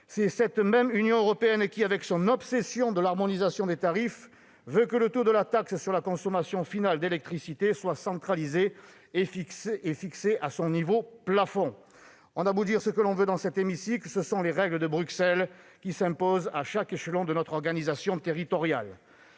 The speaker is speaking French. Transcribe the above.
C'est cette même Union européenne qui, avec son obsession de l'harmonisation des tarifs, veut que le taux de la taxe sur la consommation finale d'électricité soit centralisé et fixé à son niveau plafond. On a beau dire ce que l'on veut dans cet hémicycle, ce sont les règles de Bruxelles qui s'imposent à chaque échelon de notre organisation territoriale.